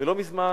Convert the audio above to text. לא מזמן